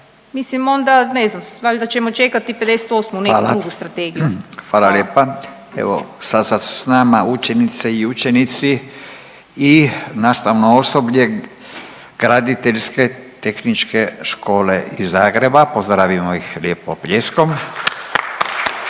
mislim onda, ne znam, valjda ćemo čekati 58. neku drugu strategiju. **Radin, Furio (Nezavisni)** Hvala. Hvala lijepa. Evo, sad su s nama učenice i učenici i nastavno osoblje Graditeljske tehničke škole iz Zagreba, pozdravimo ih lijepo pljeskom.